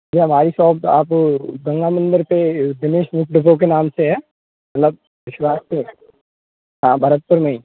ये हमारी शोप आप पन्द्रह नंबर पे फेमश बुक डिपो के नाम से है मतलब विश्वास पे हाँ भरतपुर में ही